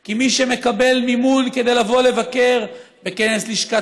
כי מי שמקבל מימון כדי לבוא לבקר בכנס לשכת